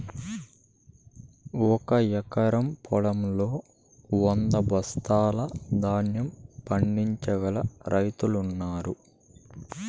ఒక ఎకరం పొలంలో వంద బస్తాల ధాన్యం పండించగల రైతులు ఉన్నారు